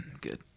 Good